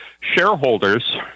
shareholders